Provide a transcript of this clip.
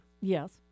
Yes